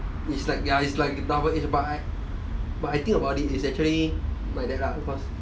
it's like ya it's like double edg~ but I but I think about it it's actually my dad lah because